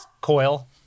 coil